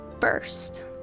first